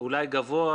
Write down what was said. אולי גבוה,